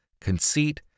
conceit